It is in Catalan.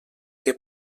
que